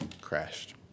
crashed